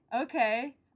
okay